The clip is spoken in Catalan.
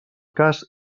cas